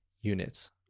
units